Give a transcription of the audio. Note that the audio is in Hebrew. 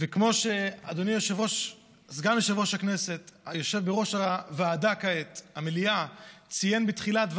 כמו שסגן יושב-ראש הכנסת, שיושב בראש המליאה כעת,